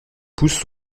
poussent